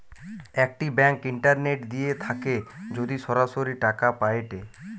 একটি bank internet দিয়ে থাকে যদি সরাসরি টাকা পায়েটে